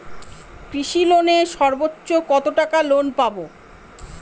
কৃষি লোনে সর্বোচ্চ কত টাকা লোন পাবো?